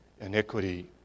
iniquity